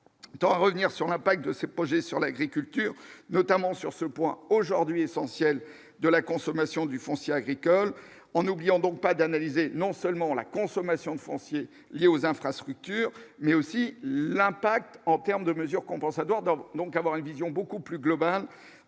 tend à revenir sur l'impact de se poser sur l'agriculture notamment sur ce point aujourd'hui essentiel de la consommation du foncier agricole en oubliant donc pas d'analyser non seulement la consommation de foncier liées aux infrastructures, mais aussi la impact en terme de mesures compensatoires donc avoir une vision beaucoup plus globale